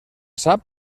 sap